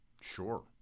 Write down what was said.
Sure